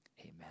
amen